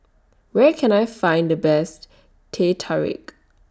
Where Can I Find The Best Teh Tarik